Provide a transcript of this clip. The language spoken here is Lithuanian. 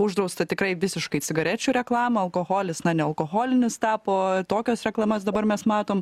uždrausta tikrai visiškai cigarečių reklamą alkoholis na nealkoholinis tapo tokias reklamas dabar mes matom